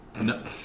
No